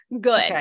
good